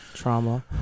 trauma